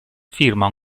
firma